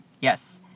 Yes